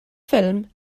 ffilm